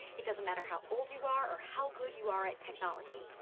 it doesn't matter how old you are, or how good you are at technology.